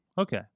Okay